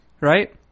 right